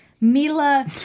Mila